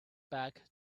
back